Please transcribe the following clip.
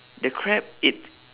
the crab it